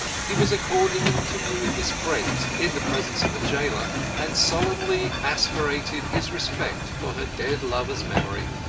he was accorded an interview with miss brent in the presence of a gaoler, and solemnly asseverated his respect for her dead lover's memory.